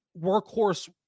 workhorse